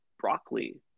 broccoli